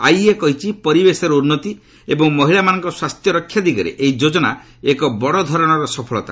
IEA କହିଛି ପରିବେଶରେ ଉନ୍ତି ଏବଂ ମହିଳାମାନଙ୍କ ସ୍ୱାସ୍ଥ୍ୟ ରକ୍ଷା ଦିଗରେ ଏହି ଯୋଜନା ଏକ ବଡ଼ ଧରଣର ସଫଳତା